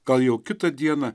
gal jau kitą dieną